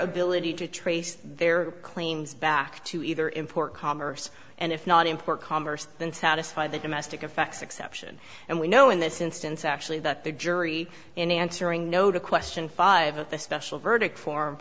ability to trace their claims back to either import commerce and if not import commerce then satisfy the domestic effects exception and we know in this instance actually that the jury in answering no to question five of the special verdict form